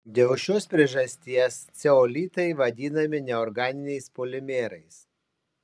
dėl šios priežasties ceolitai vadinami neorganiniais polimerais